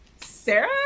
Sarah